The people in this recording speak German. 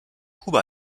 kuba